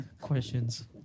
Questions